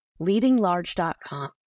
leadinglarge.com